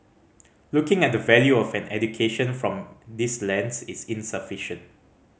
looking at the value of an education from this lens is insufficient